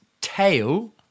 tail